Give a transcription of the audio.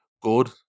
good